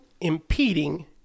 impeding